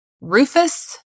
Rufus